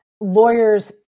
lawyers